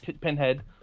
Pinhead